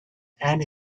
and